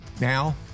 Now